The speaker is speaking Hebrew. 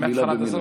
בבקשה.